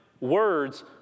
words